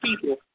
people